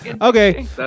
okay